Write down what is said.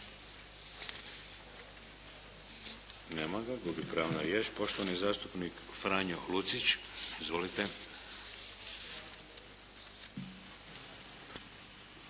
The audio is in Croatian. Nema ga, gubi pravo na riječ. Poštovani zastupnik Franjo Lucić. Izvolite.